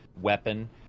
weapon